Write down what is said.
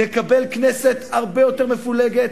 נקבל כנסת הרבה יותר מפולגת,